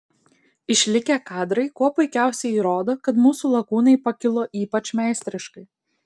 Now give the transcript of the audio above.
išlikę kadrai kuo puikiausiai įrodo kad mūsų lakūnai pakilo ypač meistriškai